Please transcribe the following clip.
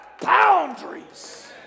boundaries